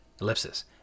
Ellipsis